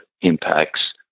impacts